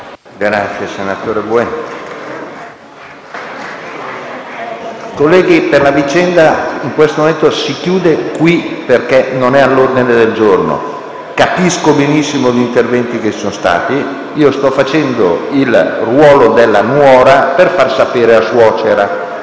finestra"). Colleghi, la vicenda in questo momento si chiude qui, perché non è all'ordine del giorno. Capisco benissimo gli interventi che sono stati svolti. Sto svolgendo il ruolo della nuora usata per far sapere alla suocera.